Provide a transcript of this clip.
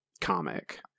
comic